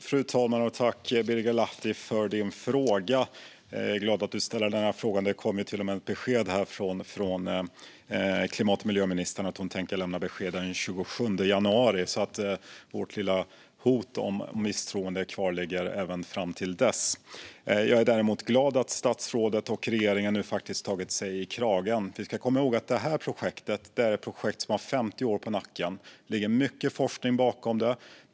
Fru talman! Tack, Birger Lahti, för din fråga! Jag är glad att du ställer den. Det kom ju ett besked här från klimat och miljöministern om att hon tänker lämna besked den 27 januari, så vårt lilla hot om misstroende kvarligger fram till dess. Jag är också glad att statsrådet och regeringen nu faktiskt tagit sig i kragen. Vi ska komma ihåg att det här projektet är ett projekt som har 50 år på nacken. Det ligger mycket forskning bakom det.